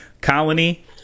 Colony